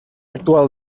actual